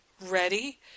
ready